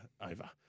over